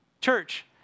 Church